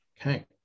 Okay